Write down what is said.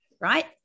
right